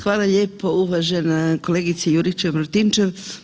Hvala lijepo uvažena kolegica Juričev-Martinčev.